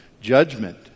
judgment